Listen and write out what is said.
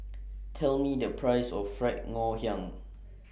Tell Me The Price of Fried Ngoh Hiang